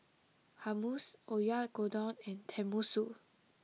Hummus Oyakodon and Tenmusu